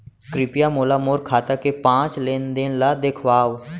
कृपया मोला मोर खाता के पाँच लेन देन ला देखवाव